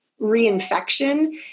reinfection